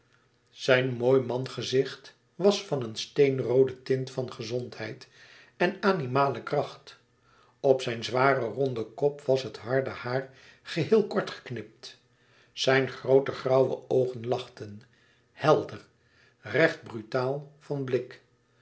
zijn mooi mangezicht was van een steenroode tint van gezondheid en animale kracht op zijn zwaren ronden kop was het harde haar geheel kort geknipt zijn groote grauwe oogen lachten helder recht brutaal van blik